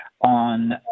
on